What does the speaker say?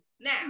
now